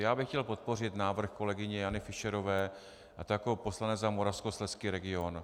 Já bych chtěl podpořit návrh kolegyně Jany Fischerové, a to jako poslanec za moravskoslezský region.